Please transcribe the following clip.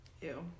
Ew